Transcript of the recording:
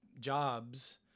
jobs